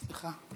סליחה.